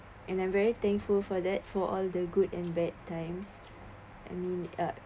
and I'm very thankful for that for all the good and bad times I mean uh